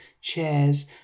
chairs